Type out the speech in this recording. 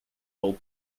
will